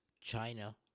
China